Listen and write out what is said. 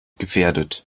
gefährdet